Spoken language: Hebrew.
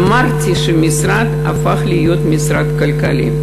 אמרתי שהמשרד הפך להיות משרד כלכלי,